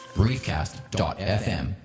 briefcast.fm